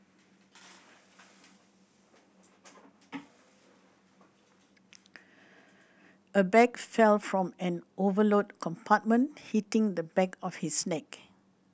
a bag fell from an overload compartment hitting the back of his neck